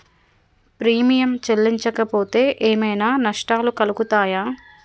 Premium చెల్లించకపోతే ఏమైనా నష్టాలు కలుగుతయా?